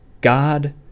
God